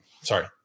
sorry